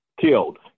killed